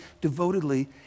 devotedly